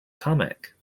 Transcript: comic